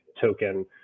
token